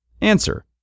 Answer